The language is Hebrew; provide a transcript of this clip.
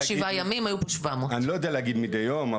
תוך שבעה ימים היו פה 700. אני לא יודע להגיד מדיי יום,